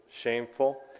shameful